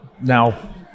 now